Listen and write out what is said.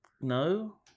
No